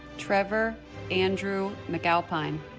trevor andrew mcalpine